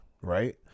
right